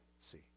See